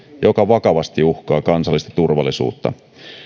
joka vakavasti uhkaa kansallista turvallisuutta